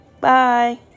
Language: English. Bye